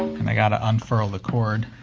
and i gotta unfurl the cord.